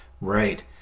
right